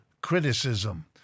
criticism